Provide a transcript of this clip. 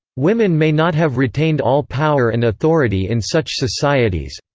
women may not have retained all power and authority in such societies,